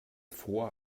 fror